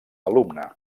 alumne